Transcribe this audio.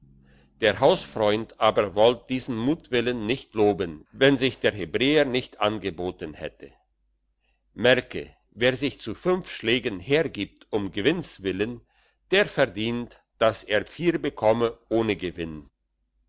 der hausfreund aber wollt diesen mutwillen nicht loben wenn sich der hebräer nicht angeboten hätte merke wer sich zu fünf schlägen hergibt um gewinns willen der verdient dass er vier bekommt ohne gewinn